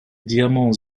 diamants